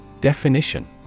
definition